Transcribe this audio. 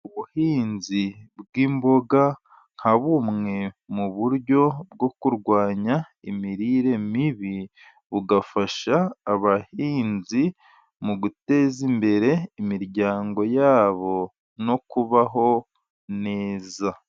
Ubuhinzi bw'imboga, nka bumwe mu buryo bwo kurwanya imirire mibi, bugafasha abahinzi mu guteza imbere imiryango yabo no kubaho neza.